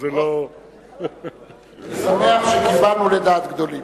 אני שמח שכיוונו לדעת גדולים.